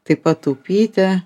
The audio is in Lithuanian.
taip pat taupyti